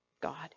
God